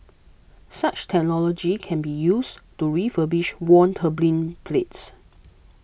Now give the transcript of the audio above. such technology can be used to refurbish worn turbine blades